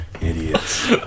idiots